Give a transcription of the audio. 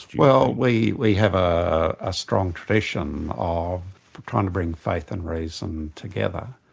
well we we have a strong tradition of trying to bring faith and reason together.